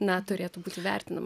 na turėtų būti vertinama